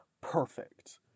perfect